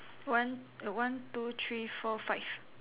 one one two three four five